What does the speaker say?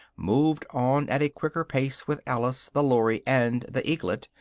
moved on at a quicker pace with alice, the lory, and the eaglet,